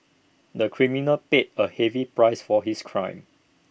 the criminal paid A heavy price for his crime